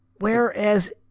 Whereas